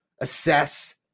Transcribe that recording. assess